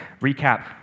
Recap